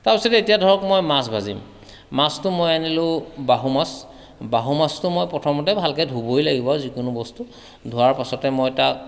তাৰপাছতে এতিয়া ধৰক মই মাছ ভাজিম মাছটো মই আনিলোঁ বাহু মাছ বাহু মাছটো মই প্ৰথমতে ভালকৈ ধুবই লাগিব যিকোনো বস্তু ধোৱাৰ পাছতে মই তাক